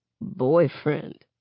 Boyfriend